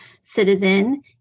citizen